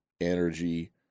energy